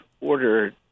order